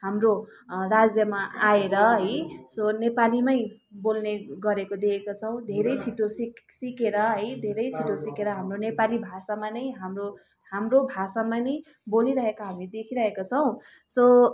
हाम्रो राज्यमा आएर है सो नेपालीमै बोल्ने गरेको देखेको छौँ धेरै छिटो सिक् सिकेर है धेरै छिटो सिकेर हाम्रो नेपाली भाषामा नै हाम्रो हाम्रो भाषामा नै बोलिरहेका हामीले देखिरहेका छौँ सो